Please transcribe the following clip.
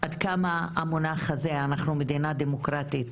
עד כמה המונח הזה "אנחנו מדינה דמוקרטית"